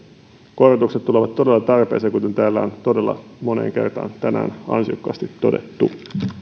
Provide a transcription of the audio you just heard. todella tarpeeseen kuten täällä on todella moneen kertaan tänään ansiokkaasti todettu